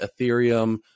Ethereum